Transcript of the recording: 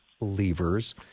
believers